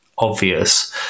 obvious